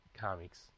comics